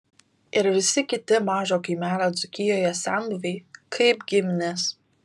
ir visi kiti mažo kaimelio dzūkijoje senbuviai kaip giminės